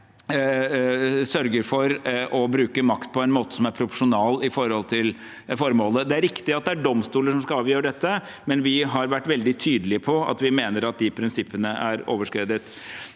sørger for å bruke makt på en måte som er proporsjonal sett i forhold til formålet. Det er riktig at det er domstoler som skal avgjøre dette, men vi har vært veldig tydelige på at vi mener at de prinsippene er overskredet.